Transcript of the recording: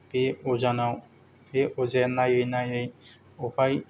बे अजानाव बे अजाया नायै नायै बबेहाय